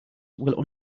will